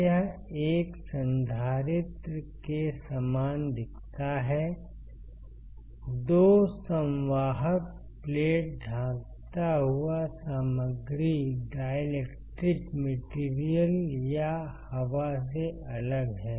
यह एक संधारित्र के समान दिखता है 2 संवाहक प्लेट ढांकता हुआ सामग्री या हवा से अलग है